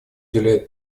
уделяет